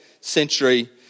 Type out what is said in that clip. century